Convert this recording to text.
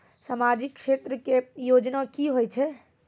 समाजिक क्षेत्र के योजना की होय छै?